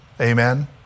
Amen